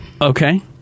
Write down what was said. Okay